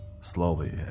slowly